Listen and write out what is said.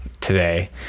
today